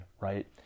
right